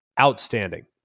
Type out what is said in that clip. outstanding